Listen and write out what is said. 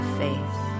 faith